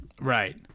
Right